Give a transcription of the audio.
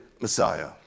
Messiah